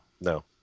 no